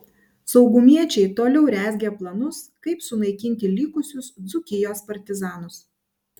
saugumiečiai toliau rezgė planus kaip sunaikinti likusius dzūkijos partizanus